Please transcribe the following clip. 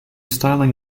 styling